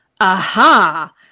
aha